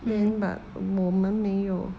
then but 我们没有